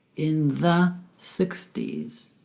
in the sixty s